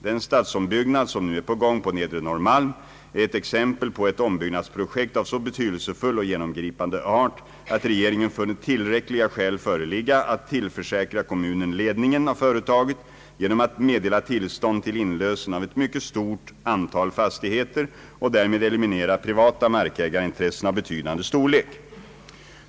Den stadsombyggnad som nu är på gång på Nedre Norrmalm är ett exempel på ett ombyggnadsprojekt av så betydelsefull och genomgripande art, att regeringen funnit tillräckliga skäl föreligga att tillförsäkra kommunen ledningen av företaget genom att meddela tillstånd till inlösen av ett mycket stort antal fastigheter och därmed eliminera privata markägarintressen av betydande storlek.